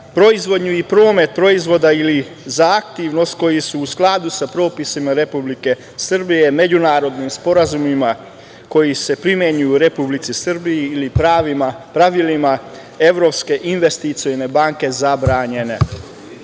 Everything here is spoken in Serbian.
proizvodnju i promet proizvoda ili za aktivnosti koje su u skladu sa propisima Republike Srbije, međunarodnim sporazumima koji se primenjuju u Republici Srbiji ili pravilima Evropske investicione banke zabranjene. Uslov